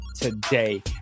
today